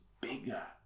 bigger